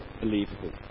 believable